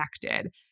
connected